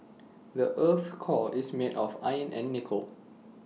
the Earth's core is made of iron and nickel